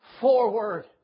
forward